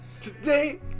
today